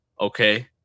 okay